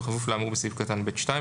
בכפוף לאמור בסעיף קטן (ב2),